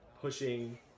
Pushing